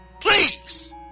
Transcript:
please